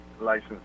license